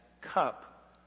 cup